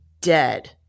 dead